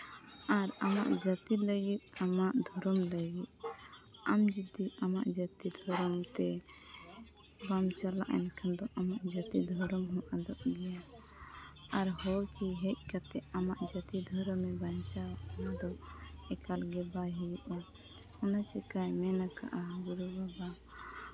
ᱟᱨ ᱟᱢᱟᱜ ᱡᱟᱹᱛᱤ ᱞᱟᱹᱜᱤᱫ ᱟᱢᱟᱜ ᱫᱷᱚᱨᱚᱢ ᱞᱟᱹᱜᱤᱫ ᱟᱢ ᱡᱩᱫᱤ ᱟᱢᱟᱜ ᱡᱟᱹᱛᱤ ᱫᱷᱚᱨᱚᱢ ᱛᱮ ᱵᱟᱢ ᱪᱟᱞᱟᱜᱼᱟ ᱮᱱᱠᱷᱟᱱ ᱫᱚ ᱟᱢᱟᱜ ᱡᱟᱹᱛᱤ ᱫᱷᱚᱨᱚᱢ ᱦᱚᱸ ᱟᱫᱚᱜ ᱜᱮᱭᱟ ᱟᱨᱦᱚᱸ ᱠᱤ ᱦᱮᱡ ᱠᱟᱛᱮᱫ ᱟᱢᱟᱜ ᱡᱟᱹᱛᱤ ᱫᱷᱚᱨᱚᱢ ᱵᱟᱧᱪᱟᱣ ᱚᱱᱟᱫᱚ ᱮᱠᱟᱞᱜᱮ ᱵᱟᱭ ᱦᱩᱭᱩᱜᱼᱟ ᱚᱱᱟ ᱪᱤᱠᱟ ᱢᱮᱱ ᱠᱟᱜᱼᱟ ᱜᱩᱨᱩ ᱵᱟᱵᱟ